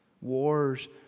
Wars